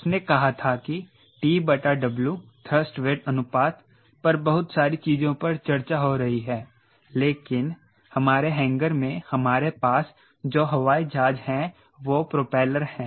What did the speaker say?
उसने कहा था कि TW थ्रस्ट वेट अनुपात पर बहुत सारी चीजों पर चर्चा हो रही है लेकिन हमारे हैंगर में हमारे पास जो हवाई जहाज हैं वो प्रोपेलर हैं